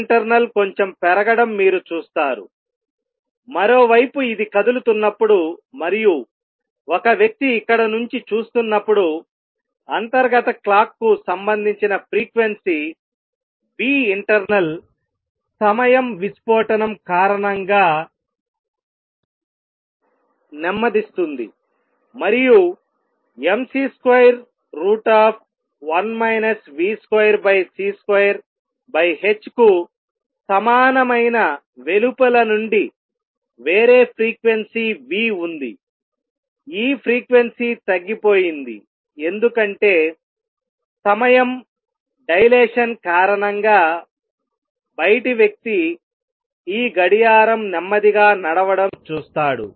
internal కొంచెం పెరగడం మీరు చూస్తారుమరోవైపు ఇది కదులుతున్నప్పుడు మరియు ఒక వ్యక్తి ఇక్కడ నుండి చూస్తున్నప్పుడు అంతర్గత క్లాక్ కు సంబంధించిన ఫ్రీక్వెన్సీ internal సమయం విస్ఫోటనం కారణంగా నెమ్మదిస్తుంది మరియు mc21 v2c2h కు సమానమైన వెలుపల నుండి వేరే ఫ్రీక్వెన్సీ v ఉందిఈ ఫ్రీక్వెన్సీ తగ్గిపోయింది ఎందుకంటే సమయం డైలేషన్ కారణంగా బయటి వ్యక్తి ఈ గడియారం నెమ్మదిగా నడవడం చూస్తాడు